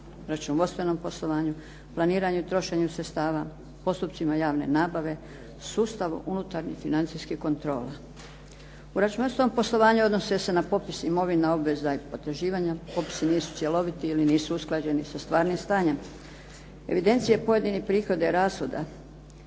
u računovodstvenom poslovanju, planiranju i trošenju sredstava, postupcima javne nabave, sustavu unutarnjih financijskih kontrola. U računovodstvenom poslovanju odnose se na popis imovina, obveza i potraživanja, popisi nisu cjeloviti ili nisu usklađeni sa stvarnim stanjem. Evidencije pojedinih prihoda i rashoda,